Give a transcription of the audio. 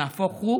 נהפוך הוא,